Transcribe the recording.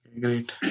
great